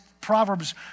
Proverbs